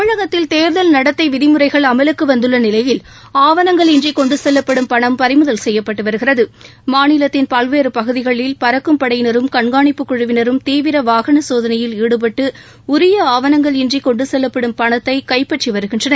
தமிழகத்தில் தேர்தல் நடத்தை விதிமுறைகள் அமலுக்கு வந்துள்ள நிலையில் ஆவணங்கள் இன்றி கொண்டு செல்லப்படும் பணம் பறிமுதல் செய்யப்பட்டு வருகிறது மாநிலத்தின் பல்வேறு பகுதிகளில் பறக்கும் படையினரும் கண்காணிப்புக் குழுவினரும் தீவிர வாகன சோதனையில் ஈடுபட்டு உரிய ஆவணங்கள் இன்றி கொண்டு செல்வப்படும் பணத்தை கைப்பற்றி வருகின்றனர்